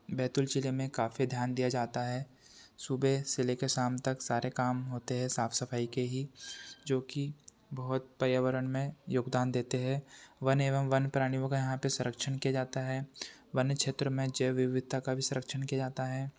बैतूल जिले में काफी ध्यान दिया जाता है सुबह से लेकर शाम तक सारे काम होते हैं साफ सफाई के ही जो कि बहुत पर्यावरण में योगदान देते हैं वन एवं वन प्राणियों का यहाँ पर संरक्षण किया जाता है वन्य क्षेत्रों में जैव विविधता का भी संरक्षण किया जाता है